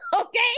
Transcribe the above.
Okay